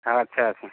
ଆଚ୍ଛା ଆଚ୍ଛା